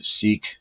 seek